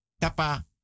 Tapa